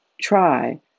try